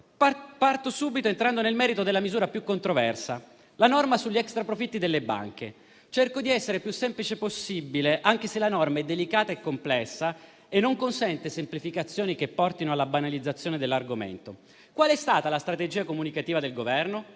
Parto subito entrando nel merito della misura più controversa: la norma sugli extraprofitti delle banche. Cerco di essere più semplice possibile, anche se la norma è delicata e complessa e non consente semplificazioni che portino alla banalizzazione dell'argomento. Qual è stata la strategia comunicativa del Governo?